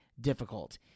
difficult